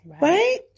right